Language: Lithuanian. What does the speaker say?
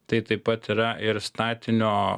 tai taip pat yra ir statinio